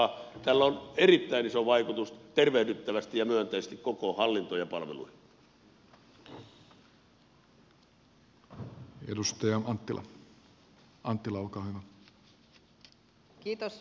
tällä on erittäin iso vaikutus tervehdyttävästi ja myönteisesti koko hallintoon ja palveluihin